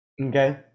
Okay